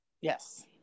Yes